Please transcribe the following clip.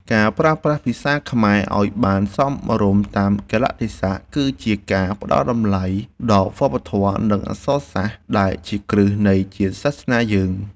ការប្រើប្រាស់ភាសាខ្មែរឱ្យបានសមរម្យតាមកាលៈទេសៈគឺជាការផ្តល់តម្លៃដល់វប្បធម៌ និងអក្សរសាស្ត្រដែលជាគ្រឹះនៃជាតិសាសន៍យើង។